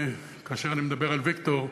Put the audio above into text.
שכאשר אני מדבר על ויקטור,